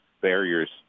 barriers